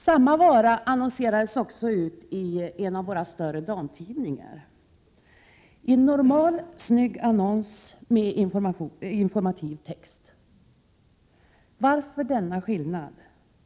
Samma vara annonserades också ut i en av våra större damtidningar, i en normal snygg annons med informativ text. Varför denna skillnad?